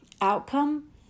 outcome